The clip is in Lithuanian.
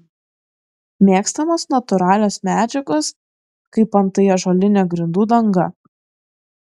mėgstamos natūralios medžiagos kaip antai ąžuolinė grindų danga